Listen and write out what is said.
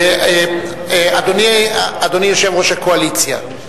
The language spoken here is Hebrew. אדוני יושב-ראש הקואליציה,